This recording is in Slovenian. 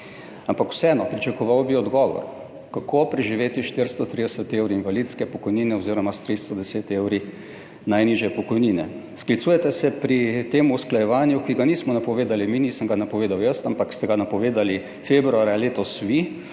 Ampak vseeno, pričakoval bi odgovor, kako preživeti s 430 evri invalidske pokojnine oziroma s 310 evri najnižje pokojnine. Pri tem usklajevanju, ki ga nismo napovedali mi, nisem ga napovedal jaz, ampak ste ga vi napovedali februarja letos,